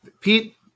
Pete